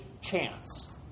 chance